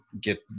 get